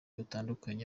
butandukanye